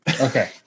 Okay